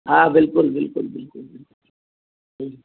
हा बिल्कुलु बिल्कुलु बिल्कुलु बिल्कुलु हा